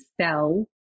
sell